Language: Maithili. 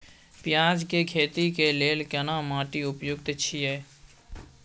पियाज के खेती के लेल केना माटी उपयुक्त छियै?